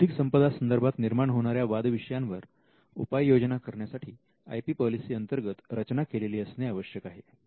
बौद्धिक संपदा संदर्भात निर्माण होणाऱ्या वाद विषयांवर उपाययोजना करण्यासाठी आय पी पॉलिसी अंतर्गत रचना केलेली असणे आवश्यक आहे